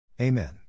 Amen